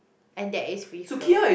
and that is free flow